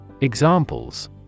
Examples